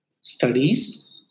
studies